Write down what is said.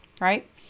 right